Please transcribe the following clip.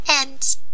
and—